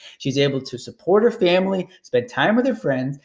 she's able to support her family, spend time with her friends,